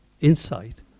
insight